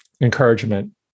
encouragement